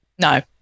no